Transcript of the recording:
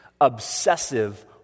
obsessive